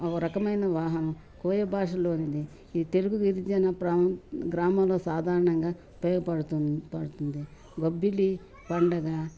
ఒక రకమైన వాహనం కోయ భాషలోనిది ఈ తెలుగు గిరిజన ప్రా గ్రామంలో సాధారణంగా ఉపయోగపడుతు పడుతుంది గొబ్బిలి పండగ